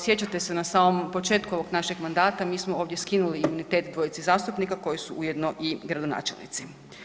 Sjećate se na samo početku ovog našeg mandata mi smo ovdje skinuli imunitet dvojici zastupnika koji su ujedno i gradonačelnici.